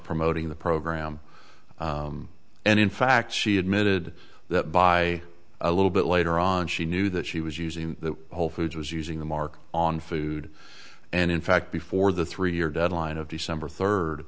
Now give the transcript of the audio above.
promoting the program and in fact she admitted that by a little bit later on she knew that she was using the whole foods was using the mark on food and in fact before the three year deadline of december third